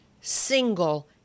single